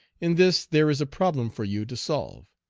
in this there is a problem for you to solve.